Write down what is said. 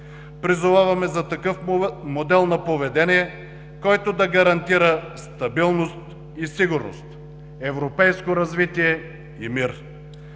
Призоваваме за модел на поведение, който да гарантира стабилност и сигурност, европейско развитие и мир.